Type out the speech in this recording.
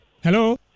Hello